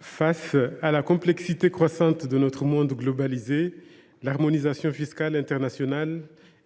Face à la complexité croissante de notre monde globalisé, l’harmonisation fiscale internationale